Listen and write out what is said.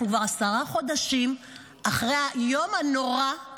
אנחנו כבר עשרה חודשים אחרי היום הנורא,